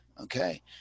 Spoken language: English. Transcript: okay